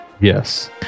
Yes